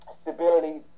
stability